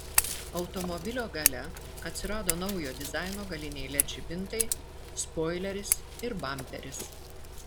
automobilio gale atsirado naujo dizaino galiniai led žibintai spoileris ir bamperis